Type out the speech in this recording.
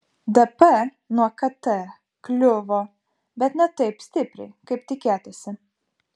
dp nuo kt kliuvo bet ne taip stipriai kaip tikėtasi